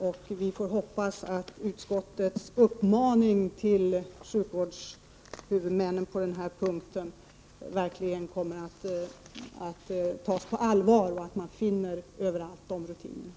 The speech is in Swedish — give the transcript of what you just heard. Jag hoppas att utskottets uppmaning till sjukvårdshuvudmännen på den punkten verkligen kommer att tas på allvar och att man finner sådana här rutiner överallt.